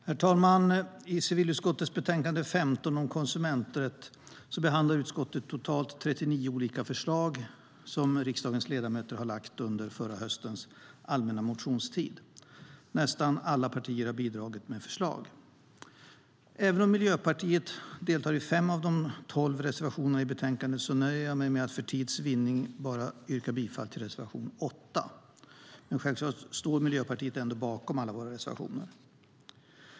Herr talman! I civilutskottets betänkande 15 om konsumenträtt behandlar utskottet totalt 39 olika förslag som riksdagens ledamöter lagt fram under förra höstens allmänna motionstid. Nästan alla partier har bidragit med förslag. Även om Miljöpartiet deltar i fem av de tolv reservationerna i betänkandet nöjer jag mig med att för att vinna tid yrka bifall bara till reservation 8. Självklart står vi i Miljöpartiet ändå bakom alla våra reservationer.